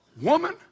woman